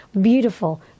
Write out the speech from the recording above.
beautiful